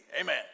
Amen